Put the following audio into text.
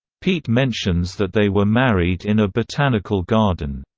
pete mentions that they were married in a botanical garden.